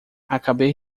acabei